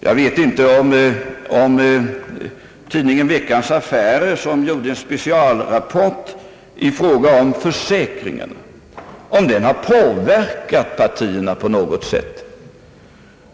Jag vet inte om tidningen Veckans affärer som publicerade en specialrapport i fråga om försäkringen påverkat partierna på något sätt.